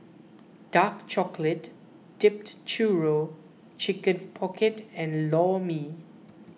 Dark Chocolate Dipped Churro Chicken Pocket and Lor Mee